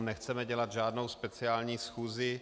Nechceme dělat žádnou speciální schůzi.